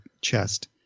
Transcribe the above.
chest